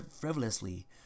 frivolously